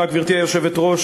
גברתי היושבת-ראש,